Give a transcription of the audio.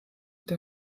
der